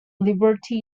liberty